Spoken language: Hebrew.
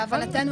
להבנתנו,